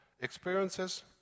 Experiences